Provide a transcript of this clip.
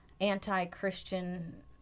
anti-Christian